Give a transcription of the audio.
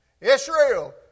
Israel